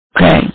Okay